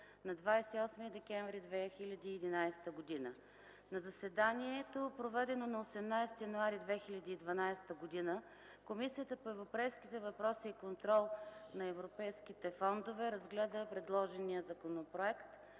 на 28 декември 2011 г. На заседанието, проведено на 18 януари 2012 г., Комисията по европейските въпроси и контрол на европейските фондове разгледа предложения законопроект,